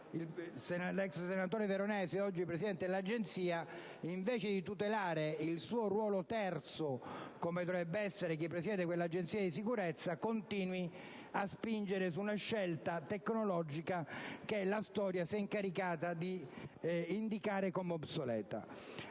l'ex senatore Veronesi, oggi Presidente dell'Agenzia per la sicurezza nucleare, invece di tutelare il suo ruolo terzo come dovrebbe fare chi presiede quell'agenzia, continui a spingere su una scelta tecnologica che la storia si è incaricata di indicare come obsoleta.